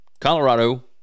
Colorado